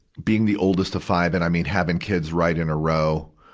being the oldest of five and i mean having kids right in a row